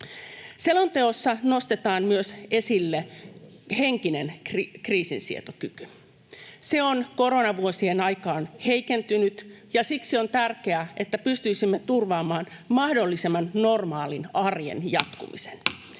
Selonteossa nostetaan myös esille henkinen kriisinsietokyky. Se on koronavuosien aikaan heikentynyt, ja siksi on tärkeää, että pystyisimme turvaamaan mahdollisimman normaalin arjen jatkumisen.